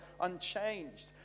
unchanged